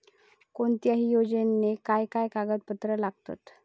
कोणत्याही योजनेक काय काय कागदपत्र लागतत?